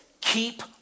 keep